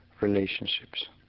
relationships